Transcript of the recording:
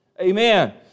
amen